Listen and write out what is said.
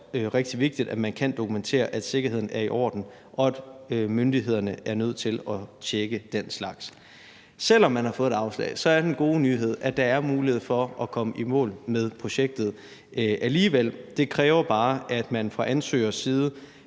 rigtig vigtigt, at man kan dokumentere, at sikkerheden er i orden. Og myndighederne er nødt til at tjekke den slags. Selv om man har fået et afslag, er den gode nyhed, at der er mulighed for at komme i mål med projektet alligevel. Det kræver bare, at man fra ansøgerens side